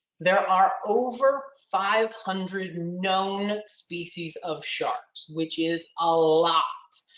there are over five hundred known species of sharks, which is a lot,